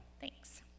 Thanks